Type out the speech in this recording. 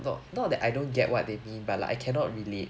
no not that I don't get what they mean but like I cannot relate